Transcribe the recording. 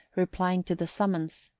replying to the summons,